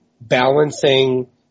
balancing